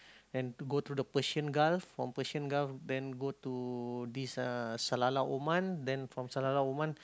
and to go to the Persian-Gulf from Persian-Gulf then go to this uh Salalah Oman then from Salalah Oman